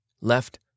Left